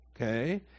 Okay